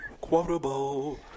Quotable